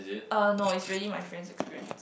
uh no it's really my friend's experience